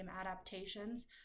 adaptations